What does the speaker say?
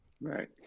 Right